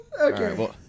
Okay